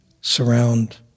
surround